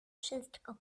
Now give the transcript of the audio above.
wszystko